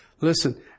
Listen